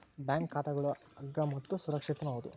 bank ಖಾತಾಗಳು ಅಗ್ಗ ಮತ್ತು ಸುರಕ್ಷಿತನೂ ಹೌದು